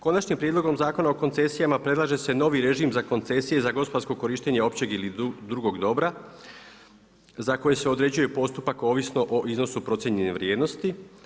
Konačnom prijedlogom Zakona o koncesijama predlaže se novi režim za koncesije za gospodarsko korištenje općeg ili drugog dobra za koje se određuje postupak ovisno o iznosu procijenjene vrijednosti.